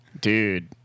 Dude